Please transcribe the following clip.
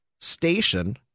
station